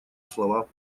слова